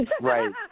Right